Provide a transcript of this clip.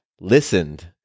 listened